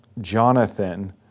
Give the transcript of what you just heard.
Jonathan